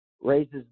raises